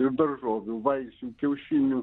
ir daržovių vaisių kiaušinių